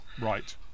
Right